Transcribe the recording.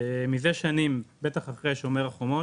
מזה שנים, בטח אחרי "שומר החומות",